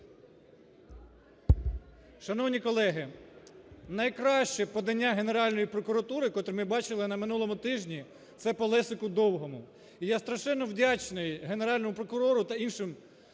Шановні колеги, найкраще подання Генеральної прокуратури, котре ми бачили на минулому тижні, це по Лесику Довгому. І я страшенно вдячний Генеральному прокурору та іншим